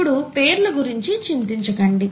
ఇప్పుడు పేర్ల గురించి చింతించకండి